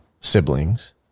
siblings